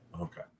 Okay